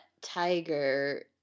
tiger